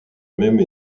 même